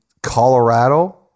Colorado